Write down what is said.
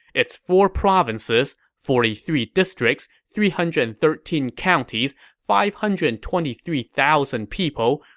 its four provinces, forty three districts, three hundred and thirteen counties, five hundred and twenty three thousand people,